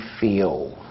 feel